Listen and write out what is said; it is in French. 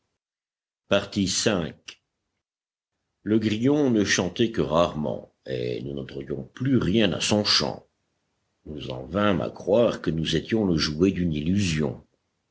demoiselles le grillon ne chantait que rarement et nous n'entendions plus rien à son chant nous en vînmes à croire que nous étions le jouet d'une illusion